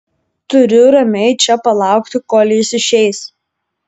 turiu ramiai čia palaukti kol jis išeis